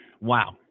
wow